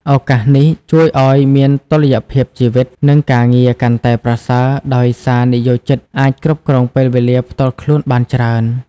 ឱកាសនេះជួយឱ្យមាន តុល្យភាពជីវិត និងការងារ កាន់តែប្រសើរ ដោយសារនិយោជិតអាចគ្រប់គ្រងពេលវេលាផ្ទាល់ខ្លួនបានច្រើន។